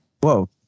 Whoa